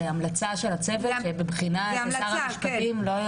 זו המלצה של הצוות שבבחינה אצל שר המשפטים.